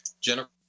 Jennifer